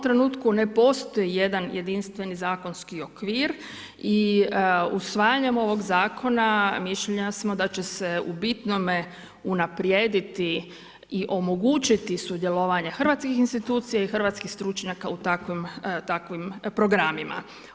trenutku ne postoji jedan jedinstveni zakonski okvir i usvajanjem ovog zakona, mišljenja smo da će se u bitnome unaprijediti i omogućiti sudjelovanje hrvatskih institucija i hrvatskih stručnjaka u takvim programima.